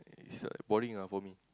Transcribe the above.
it's a boring ah for me